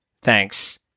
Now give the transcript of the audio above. thanks